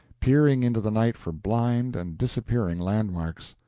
peering into the night for blind and disappearing landmarks.